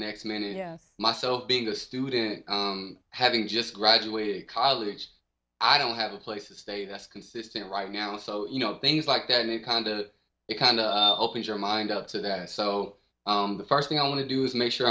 next minute myself being a student having just graduated college i don't have a place to stay that's consistent right now so you know things like that and it kind of it kind of opens your mind up so that so the first thing i want to do is make sure